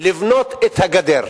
לבנות את הגדר.